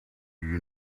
you